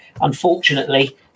unfortunately